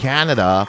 Canada